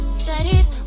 studies